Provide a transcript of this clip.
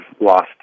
lost